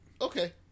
Okay